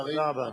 תודה רבה.